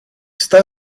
está